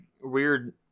weird